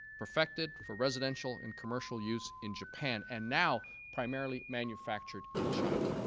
perfected for residential and commercial use in japan. and now primarily manufactured in china.